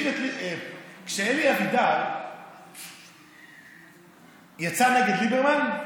כשאלי אבידר יצא נגד ליברמן,